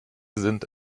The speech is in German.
sind